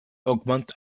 augmente